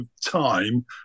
time